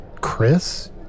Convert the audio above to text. Chris